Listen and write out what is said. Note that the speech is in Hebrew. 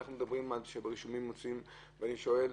אני שואל,